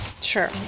sure